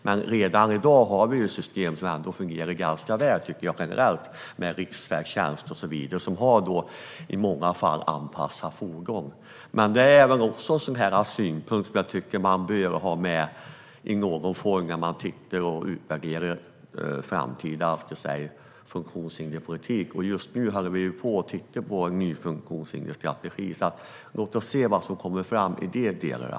Vi har redan i dag system som jag tycker fungerar ganska väl generellt, såsom Riksfärdtjänsten och så vidare, och som i många fall har anpassade fordon. Men detta är en synpunkt som jag tycker att man bör ha med i någon form när man tittar på och utvärderar framtida funktionshinderspolitik. Just nu tittar vi på en ny funktionshindersstrategi, så låt oss se vad som kommer fram i de delarna.